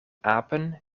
apen